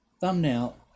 Thumbnail